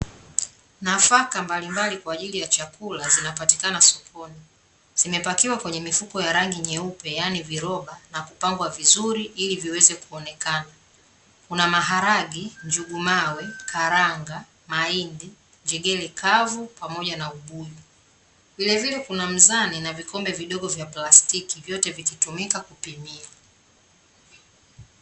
Nafaka mbalimbali kwa ajili ya chakula zinapatikana sokoni. Zimepakiwa kwenye mifuko ya rangi nyeupe yaani viroba na kupangwa vizuri ili viweze kuonekana. Kuna maharage, njugumawe, karanga, mahindi, njegere kavu pamoja na ubuyu. Vilevile kuna mzani na vikombe vidogo vya plastiki vyote vikitumika kupimia.